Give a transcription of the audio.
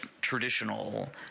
traditional